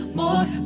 more